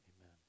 Amen